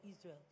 Israel